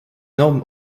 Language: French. norme